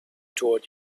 toward